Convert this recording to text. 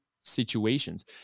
situations